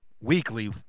weekly